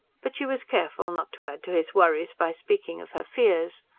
but she was careful not to add to his worries by speaking of her fears.